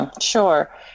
Sure